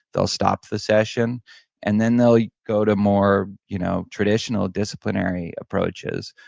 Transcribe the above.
they'll stop the session and then they'll go to more you know traditional disciplinary approaches.